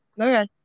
okay